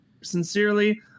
Sincerely